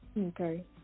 Okay